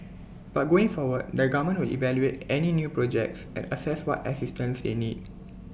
but going forward the government will evaluate any new projects and assess what assistance they need